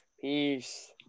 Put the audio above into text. Peace